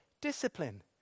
discipline